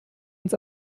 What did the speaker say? uns